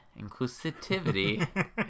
inclusivity